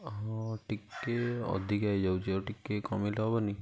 ହଁ ଟିକେ ଅଧିକା ହେଇଯାଉଛି ଆଉ ଟିକେ କମାଇଲେ ହେବନି